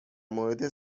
مورد